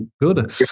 good